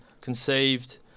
conceived